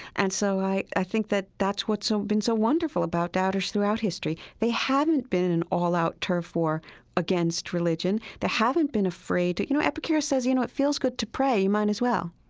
and so, i i think that that's what's so been so wonderful about doubters throughout history. they haven't been an an all-out turf war against religion. they haven't been afraid you know, epicurus says, you know, it feels good to pray, you might as well